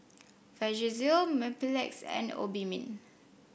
Vagisil Mepilex and Obimin